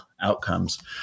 outcomes